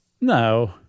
No